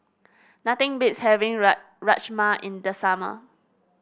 nothing beats having Rajma in the summer